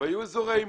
והיו אזורי עימות,